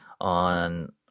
on